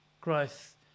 growth